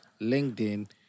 LinkedIn